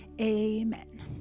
Amen